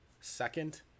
Second